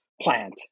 plant